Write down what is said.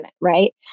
right